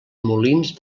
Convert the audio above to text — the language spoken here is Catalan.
molins